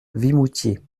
vimoutiers